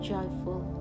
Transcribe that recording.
Joyful